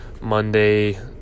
Monday